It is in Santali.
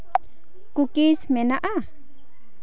ᱠᱩᱠᱤᱡ ᱢᱮᱱᱟᱜᱼᱟ